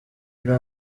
yari